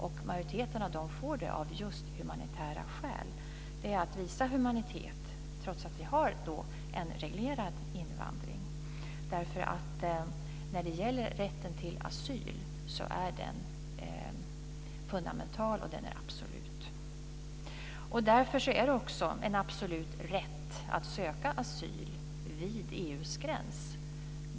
Och majoriteten av dem får det av just humanitära skäl. Det är att visa humanitet, trots att vi har en reglerad invandring. När det gäller rätten till asyl så är den nämligen fundamental och absolut. Därför är det också en absolut rätt att söka asyl vid EU:s gräns.